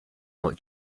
not